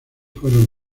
fueron